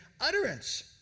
utterance